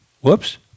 Whoops